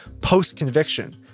post-conviction